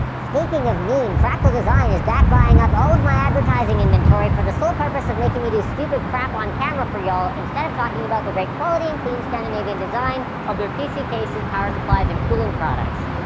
speaking if mean, fractal design is back buying up all of my advertising inventory for the sole purpose of making me do stupid crap on camera for y'all instead of talking about the great quality and clean scandinavian design of their pc cases, power supplies, and cooling products.